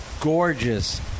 gorgeous